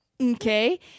Okay